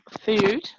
food